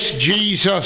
Jesus